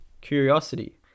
Curiosity